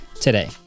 today